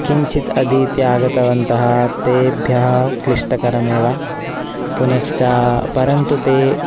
किञ्चित् अधीत्य आगतवन्तः तेभ्यः क्लिष्टकरमेव पुनश्च परन्तु ते